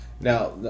Now